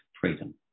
freedom